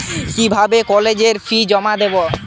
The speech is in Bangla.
কিভাবে কলেজের ফি জমা দেবো?